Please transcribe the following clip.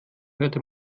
hörte